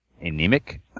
anemic